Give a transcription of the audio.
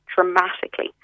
dramatically